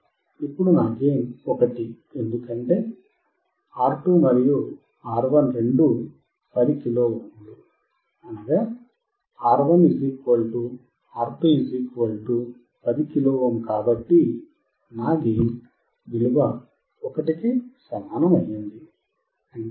ఇప్పుడు నా గెయిన్ 1 ఎందుకంటే R2 మరియు R1 రెండూ 10 kilo ohm R1 R2 10 kilo ohm కాబట్టి నా గెయిన్ 1